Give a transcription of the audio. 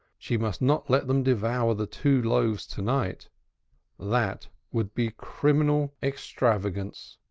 she must not let them devour the two loaves to-night that would be criminal extravagance.